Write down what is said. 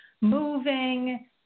moving